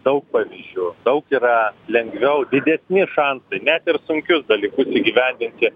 daug pavyzdžių daug yra lengviau didesni šansai net ir sunkius dalykus įgyvendinti